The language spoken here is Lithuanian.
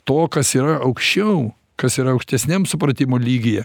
to kas yra aukščiau kas yra aukštesniam supratimo lygyje